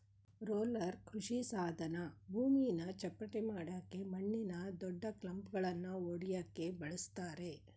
roller ಕೃಷಿಸಾಧನ ಭೂಮಿನ ಚಪ್ಪಟೆಮಾಡಕೆ ಮಣ್ಣಿನ ದೊಡ್ಡಕ್ಲಂಪ್ಗಳನ್ನ ಒಡ್ಯಕೆ ಬಳುಸ್ತರೆ